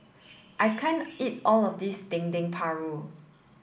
I can't eat all of this Dendeng Paru